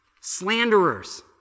slanderers